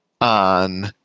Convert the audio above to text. on